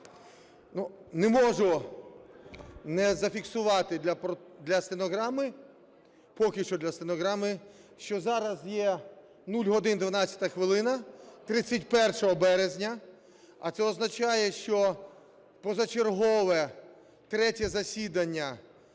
не можу не зафіксувати для стенограми (поки що для стенограми), що зараз є 0 годин 12 хвилин 31 березня. А це означає, що позачергове третє засідання